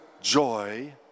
joy